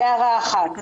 זו הערה אחת.